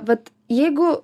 vat jeigu